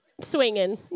swinging